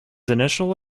initial